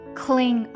clean